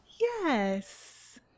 Yes